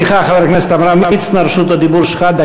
סליחה, חבר הכנסת עמרם מצנע, רשות הדיבור שלך.